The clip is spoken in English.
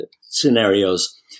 scenarios